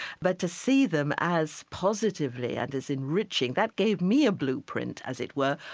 but to see them as positively and as enriching, that gave me a blueprint, as it were,